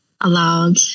allowed